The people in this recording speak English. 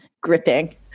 gripping